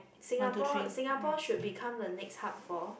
Singapore Singapore should become the next hub for